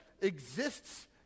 exists